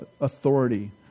authority